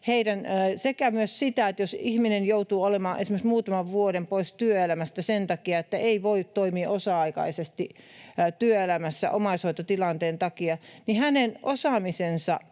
ehkäisisi sitä, että jos ihminen joutuu olemaan esimerkiksi muutaman vuoden pois työelämästä sen takia, että ei voi toimia osa-aikaisesti työelämässä omaishoitotilanteen takia, myös hänen osaamisensa